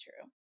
true